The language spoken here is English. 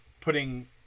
putting